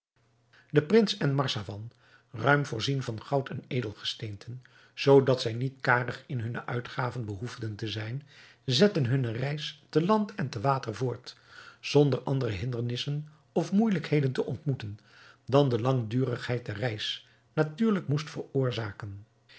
de prins en marzavan ruim voorzien van goud en edelgesteenten zoodat zij niet karig in hunne uitgaven behoefden te zijn zetten hunne reis te land en te water voort zonder andere hindernissen of moeijelijkheden te ontmoeten dan de langdurigheid der reis natuurlijk moest veroorzaken